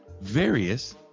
various